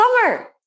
summer